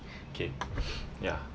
okay ya